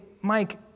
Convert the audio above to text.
Mike